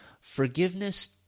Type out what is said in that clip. forgiveness